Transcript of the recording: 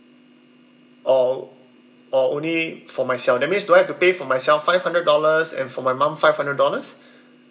or or only for myself that means do I have to pay for myself five hundred dollars and for my mum five hundred dollars